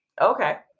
Okay